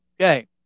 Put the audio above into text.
Okay